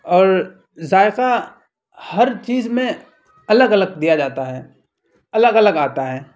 اور ذائقہ ہر چیز میں الگ الگ دیا جاتا ہے الگ الگ آتا ہے